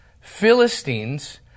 Philistines